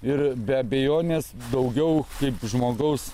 ir be abejonės daugiau kaip žmogaus